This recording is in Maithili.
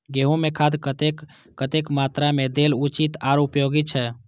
गेंहू में खाद कतेक कतेक मात्रा में देल उचित आर उपयोगी छै?